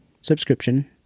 subscription